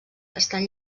estan